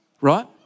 right